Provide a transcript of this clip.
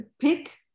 pick